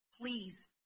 Please